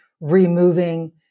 removing